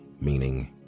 meaning